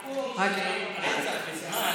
הסיפור של רצח וזמן,